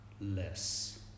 less